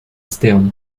stern